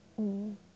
嗯